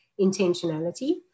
intentionality